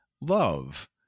love